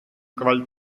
gewalt